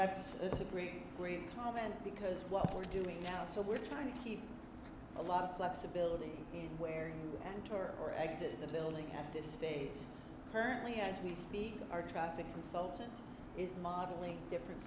that's a great great comment because what we're doing now so we're trying to keep a lot of flexibility in where you enter or exit the building at this stage currently as we speak our traffic consultant is modeling different